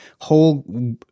whole